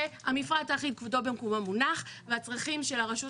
המפרט האחיד כבודו במקומו מונח והצרכים של הרשות